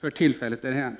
för tillfället därhän.